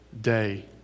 day